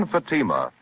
Fatima